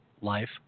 life